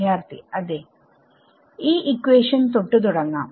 വിദ്യാർത്ഥി അതെ ഈ ഇക്വേഷൻ തൊട്ട് തുടങ്ങാം